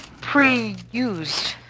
pre-used